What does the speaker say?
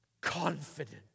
confident